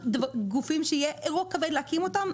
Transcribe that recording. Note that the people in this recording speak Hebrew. גופים שיהיה אירוע כבד להקים אותם,